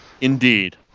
Indeed